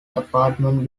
apartment